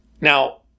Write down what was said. Now